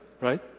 right